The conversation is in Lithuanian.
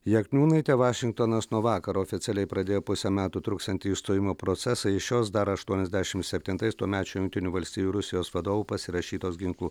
jakniūnaitė vašingtonas nuo vakar oficialiai pradėjo pusę metų truksiantį išstojimo procesą iš jos dar aštuoniasdešimt septintais tuomečių jungtinių valstijų rusijos vadovų pasirašytos ginklų